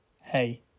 Hey